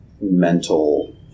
mental